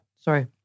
sorry